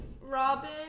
Robin